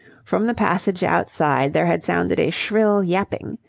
from the passage outside there had sounded a shrill yapping.